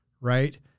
Right